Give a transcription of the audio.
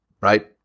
Right